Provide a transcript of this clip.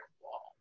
wall